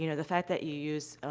you know the fact that you use, ah,